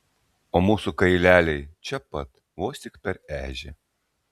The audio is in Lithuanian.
o mūsų kaileliai čia pat vos tik per ežią